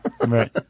Right